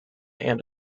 and